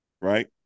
Right